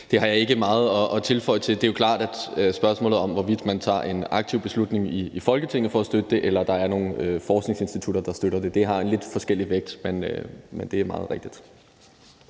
Det har jeg ikke meget at tilføje til. Det er jo klart, at alt efter om man tager en aktiv beslutning i Folketinget for at støtte det, eller om der er nogle forskningsinstitutter, der støtter det, har det en lidt forskellig vægt. Men det er meget rigtigt,